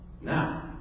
Now